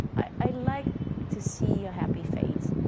i like to see a happy face.